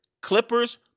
Clippers